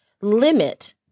limit